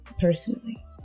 personally